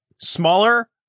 smaller